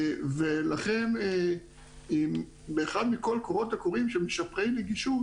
לכן באחד מכל הקולות הקוראים שמשפרי נגישות